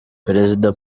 perezida